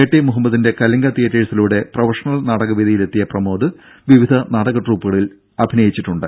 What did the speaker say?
T മുഹമ്മദിന്റെ കലിംഗ തിയേറ്റേഴ്സിലൂടെ professional നാടക വേദിയിലെത്തിയ പ്രമോദ് വിവിധ നാടക ട്രൂപ്പുകളിൽ അഭിനയിച്ചിട്ടുണ്ട്